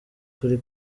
kuri